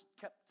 kept